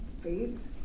faith